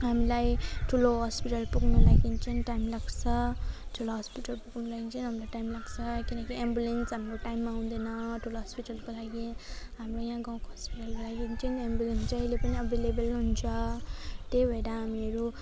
हामीलाई ठुलो हस्पिटल पुग्नुको लागि चाहिँ टाइम लाग्छ ठुलो हस्पिटल पुग्नु लागि चाहिँ हामीलाई टाइम लाग्छ किनकि एम्बुलेन्स हाम्रो टाइममा आउँदैन ठुलो हस्पिटलको लागि हामीले यहाँ गाउँको हस्पिटलको लागि चाहिँ एम्बुलेन्स जहिले पनि एभाइलेबल हुन्छ त्यही भएर हामीहरू